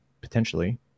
potentially